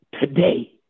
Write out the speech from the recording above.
today